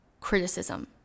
criticism